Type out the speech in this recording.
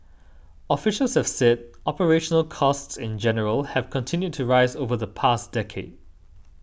officials have said operational costs in general have continued to rise over the past decade